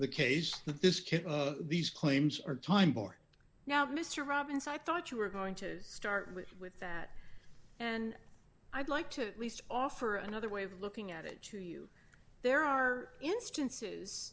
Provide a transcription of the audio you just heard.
the case if these claims are time before now mr robbins i thought you were going to start with with that and i'd like to at least offer another way of looking at it to you there are instances